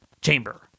chamber